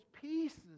pieces